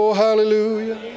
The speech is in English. hallelujah